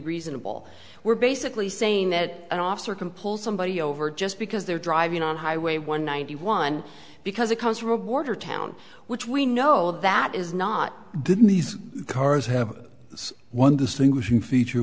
reasonable we're basically saying that an officer can pull somebody over just because they're driving on highway one ninety one because it comes from a border town which we know that is not these cars have one distinguishing feature